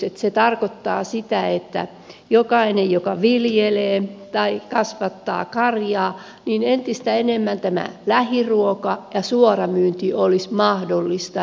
se tarkoittaa sitä että jokaiselle joka viljelee tai kasvattaa karjaa entistä enemmän tämä lähiruoka ja suoramyynti olisi mahdollista